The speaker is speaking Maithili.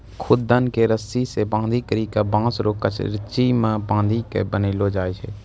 खुद्दन के रस्सी से बांधी करी के बांस रो करची मे बांधी के बनैलो जाय छै